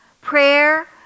Prayer